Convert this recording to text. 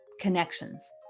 connections